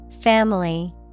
Family